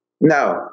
No